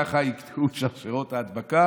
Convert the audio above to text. כך יקטעו את שרשראות ההדבקה